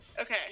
Okay